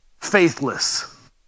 faithless